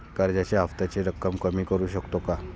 कर्जाच्या हफ्त्याची रक्कम कमी करू शकतो का?